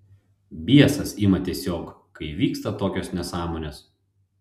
biesas ima tiesiog kai vyksta tokios nesąmonės